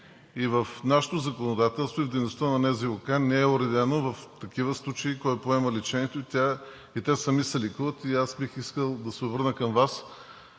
В нашето законодателство и в дейността на НЗОК не е уредено в такива случаи кой поема лечението. Те сами се лекуват и аз бих искал да се обърна към Вас